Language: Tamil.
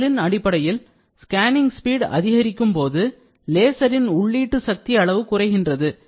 ஆற்றலின் அடிப்படையில் scanning speed அதிகரிக்கும்போது லேசரின் உள்ளீட்டு சக்தி அளவு குறைகின்றது